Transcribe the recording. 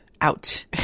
out